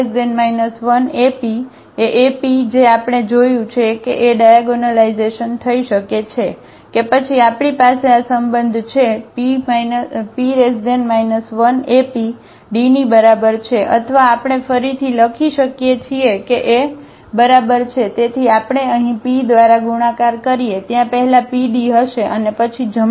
તેથી P 1AP એએપી જે આપણે જોયું છે કે એ ડાયાગોનલાઇઝેશન થઈ શકે છે પછી આપણી પાસે આ સંબંધ છેP 1AP d ની બરાબર છે અથવા આપણે ફરીથી લખી શકીએ છીએ કે એ બરાબર છે તેથી આપણે અહીં p દ્વારા ગુણાકાર કરીએ ત્યાં પહેલા pd હશે અને પછી